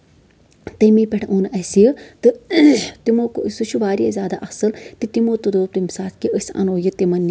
تَمی پٮ۪ٹھ اوٚن اَسہِ یہِ تہٕ تِمو کو سُہ چھُ واریاہ زیادٕ اَصٕل تہٕ تِمو تراوو تَمہِ ساتہٕ کہِ أسۍ اَنو یہِ تِمن